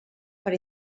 per